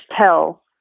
tell